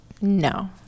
no